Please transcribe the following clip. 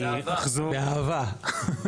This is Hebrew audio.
באהבה.